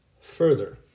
Further